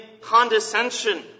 condescension